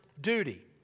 duty